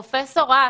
פרופ' האס,